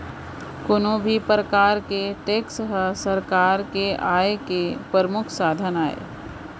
कोनो भी परकार के टेक्स ह सरकार के आय के परमुख साधन आय